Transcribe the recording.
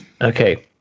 Okay